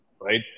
right